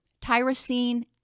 tyrosine